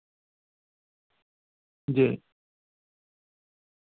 जी